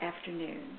afternoon